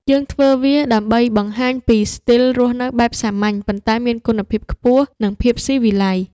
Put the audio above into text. យើងធ្វើវាដើម្បីបង្ហាញពីស្ទីលរស់នៅបែបសាមញ្ញ ប៉ុន្តែមានគុណភាពខ្ពស់ និងភាពស៊ីវិល័យ។